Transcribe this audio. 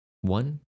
One